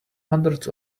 hundreds